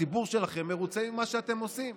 הציבור שלכם מרוצה ממה שאתם עושים.